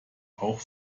auch